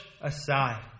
aside